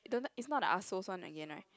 don't know it's not the asshole's one again [right]